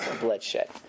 bloodshed